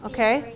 Okay